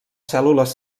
cèl·lules